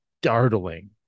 startling